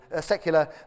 secular